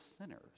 sinners